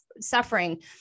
suffering